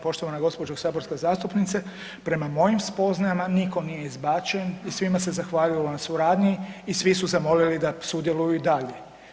Poštovana gospođo saborska zastupnice, prema mojim spoznajama nitko nije izbačen i svima se zahvalilo na suradnji i svi su zamolili da sudjeluju i dalje.